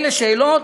אלה שאלות